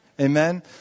Amen